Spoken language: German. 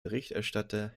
berichterstatter